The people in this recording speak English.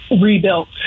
rebuilt